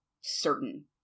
certain